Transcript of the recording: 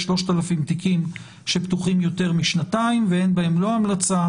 3,000 תיקים שפתוחים יותר משנתיים ואין בהם לא המלצה,